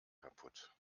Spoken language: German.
kapput